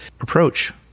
approach